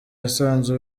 yasanze